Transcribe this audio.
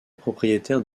propriétaire